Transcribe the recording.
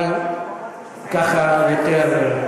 אני לא אומר שעברת על החוק, אבל ככה יותר,